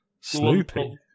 Snoopy